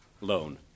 loan